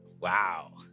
Wow